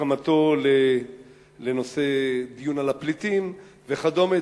הסכמתו לנושא דיון על הפליטים וכדומה,